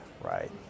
right